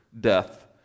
death